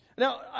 Now